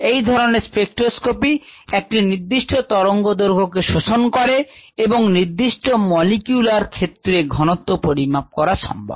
এই ধরনের স্পেকট্রোস্কপি একটি নির্দিষ্ট তরঙ্গদৈর্ঘ্য কে শোষণ করে এবং নির্দিষ্ট মলিকিউলার ক্ষেত্রে এর ঘনত্ব পরিমাপ করা সম্ভব